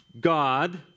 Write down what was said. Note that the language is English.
God